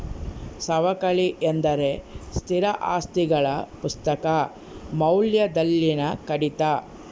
ಸವಕಳಿ ಎಂದರೆ ಸ್ಥಿರ ಆಸ್ತಿಗಳ ಪುಸ್ತಕ ಮೌಲ್ಯದಲ್ಲಿನ ಕಡಿತ